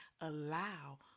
allow